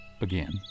Again